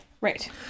right